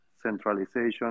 centralization